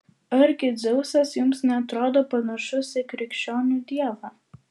argi dzeusas jums neatrodo panašus į krikščionių dievą